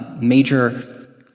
major